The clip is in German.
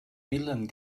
villen